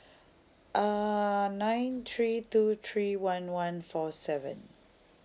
uh nine three two three one one four seven